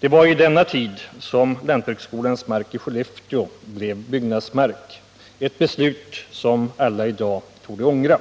Det var i denna tid som lantbruksskolans mark i Skellefteå blev byggnadsmark — ett beslut som alla torde ångra i dag.